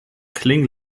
kling